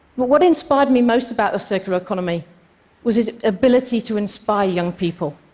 but what inspired me most about the circular economy was its ability to inspire young people.